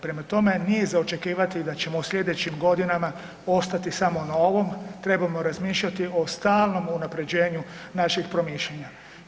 Prema tome nije za očekivati da ćemo u slijedećim godinama ostati samo na ovom, trebamo razmišljati o stalnom unapređenju naših promišljanja.